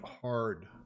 hard